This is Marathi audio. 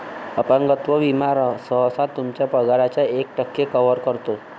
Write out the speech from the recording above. अपंगत्व विमा सहसा तुमच्या पगाराच्या एक टक्के कव्हर करतो